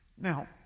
Now